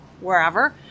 wherever